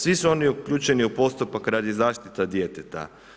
Svi su oni uključeni u postupak radi zaštita djeteta.